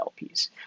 LPs